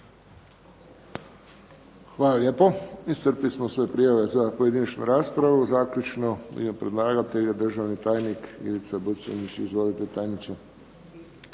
Hvala lijepo. Iscrpili smo sve prijave za pojedinačnu raspravu. Zaključno u ime predlagatelja državni tajnik Ivica Buconjić. Izvolite tajniče.